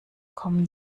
kommen